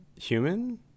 human